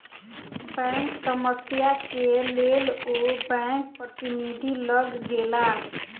bank समस्या के लेल ओ बैंक प्रतिनिधि लग गेला